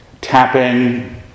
tapping